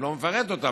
לא מפרט אותן,